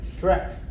Correct